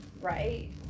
Right